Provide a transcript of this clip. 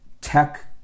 tech